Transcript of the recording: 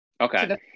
Okay